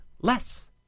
less